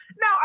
Now